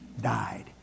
died